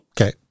Okay